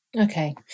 Okay